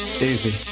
easy